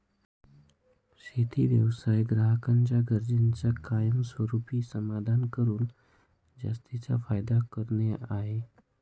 शेती व्यवसाय ग्राहकांच्या गरजांना कायमस्वरूपी समाधानी करून जास्तीचा फायदा करणे आहे